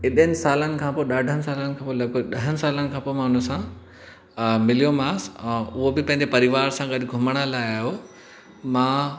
एॾनि सालनि खां पोइ ॾाढनि सालनि खां पोइ लॻभॻि ॾहनि सालनि खां पोइ मां उन सां मिलियो मांसि ऐं उहो बि पंहिंजे परिवार सा गॾु घुमण लाइ आहियो हुओ मां